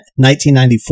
1994